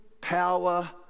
power